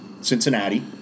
Cincinnati